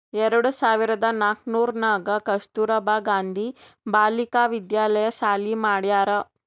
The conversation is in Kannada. ಎರಡು ಸಾವಿರ್ದ ನಾಕೂರ್ನಾಗ್ ಕಸ್ತೂರ್ಬಾ ಗಾಂಧಿ ಬಾಲಿಕಾ ವಿದ್ಯಾಲಯ ಸಾಲಿ ಮಾಡ್ಯಾರ್